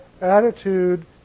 attitude